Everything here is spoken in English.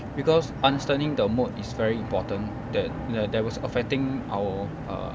because understanding the mood is very important that that that was affecting our err